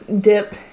dip